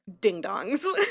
ding-dongs